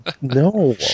No